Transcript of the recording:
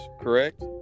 correct